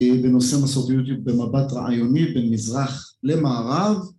בנושא מסורתיות במבט רעיוני בין מזרח למערב